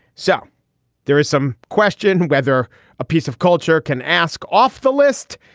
so there is some question whether a piece of culture can ask off the list.